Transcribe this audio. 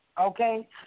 Okay